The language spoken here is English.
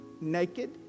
naked